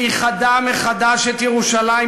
שאיחדה מחדש את ירושלים,